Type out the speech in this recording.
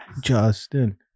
Justin